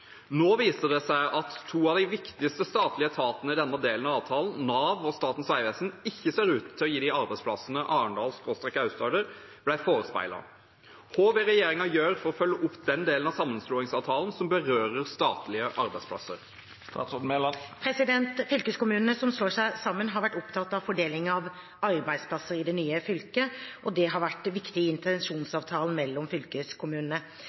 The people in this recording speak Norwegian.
Nå viser det seg at to av de viktigste statlige etatene i denne delen av avtalen, Nav og Statens vegvesen, ikke ser ut til å gi de arbeidsplassene Arendal/Aust-Agder ble forespeilet. Hva vil regjeringen gjøre for å følge opp den delen av sammenslåingsavtalen som berører statlige arbeidsplasser?» Fylkeskommunene som slår seg sammen, har vært opptatt av fordeling av arbeidsplasser i det nye fylket, og det har vært viktig i intensjonsavtalene mellom fylkeskommunene.